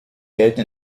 gelten